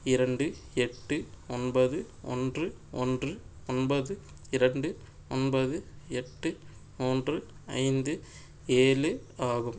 இரண்டு எட்டு ஒன்பது ஒன்று ஒன்று ஒன்பது இரண்டு ஒன்பது எட்டு மூன்று ஐந்து ஏழு ஆகும்